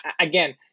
again